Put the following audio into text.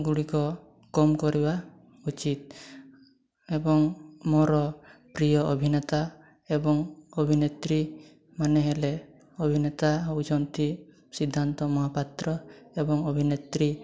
ଗୁଡ଼ିକ କମ୍ କରିବା ଉଚିତ୍ ଏବଂ ମୋର ପ୍ରିୟ ଅଭିନେତା ଏବଂ ଅଭିନେତ୍ରୀମାନେ ହେଲେ ଅଭିନେତା ହେଉଛନ୍ତି ସିଦ୍ଧାନ୍ତ ମହାପାତ୍ର ଏବଂ ଅଭିନେତ୍ରୀ